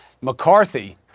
McCarthy